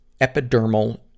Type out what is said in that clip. epidermal